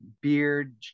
beard